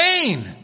pain